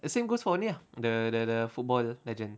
the same goes for ni ah the the the football legend